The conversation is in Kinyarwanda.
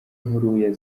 nkuru